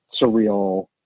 surreal